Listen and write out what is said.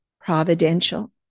providential